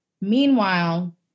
Meanwhile